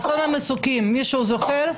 אסון המסוקים מישהו זוכר?